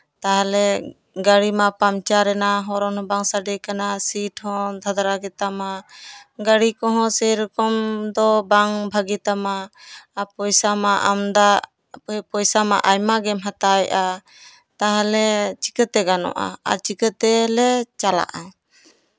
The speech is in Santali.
ᱛᱟᱦᱞᱮ ᱜᱟᱹᱲᱤ ᱢᱟ ᱯᱟᱢᱪᱟᱨ ᱮᱱᱟ ᱦᱚᱨ ᱨᱮ ᱦᱚᱨᱚᱱ ᱦᱚᱸ ᱵᱟᱝ ᱥᱟᱰᱮ ᱠᱟᱱᱟ ᱥᱤᱴ ᱦᱚᱸ ᱫᱷᱟᱫᱽᱨᱟ ᱜᱮᱛᱟᱢᱟ ᱜᱟᱹᱰᱤ ᱠᱚᱦᱚᱸ ᱥᱮᱭ ᱨᱚᱠᱚᱢ ᱫᱚ ᱵᱟᱝ ᱵᱷᱟᱹᱜᱤ ᱛᱟᱢᱟ ᱟᱨ ᱯᱚᱭᱥᱟ ᱢᱟ ᱟᱢᱫᱟ ᱯᱚᱭᱥᱟ ᱢᱟ ᱟᱭᱢᱟ ᱜᱮᱢ ᱦᱟᱛᱟᱣ ᱮᱫᱼᱟ ᱛᱟᱦᱚᱞᱮ ᱪᱤᱠᱟᱹᱛᱮ ᱜᱟᱱᱚᱜᱼᱟ ᱟᱨ ᱪᱤᱠᱟᱹᱛᱮᱞᱮ ᱪᱟᱞᱟᱜᱼᱟ